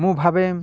ମୁଁ ଭାବେ